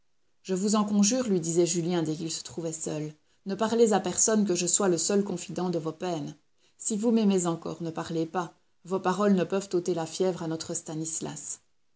je vous en conjure lui disait julien dès qu'ils se trouvaient seuls ne parlez à personne que je sois le seul confident de vos peines si vous m'aimez encore ne parlez pas vos paroles ne peuvent ôter la fièvre à notre stanislas